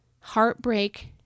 heartbreak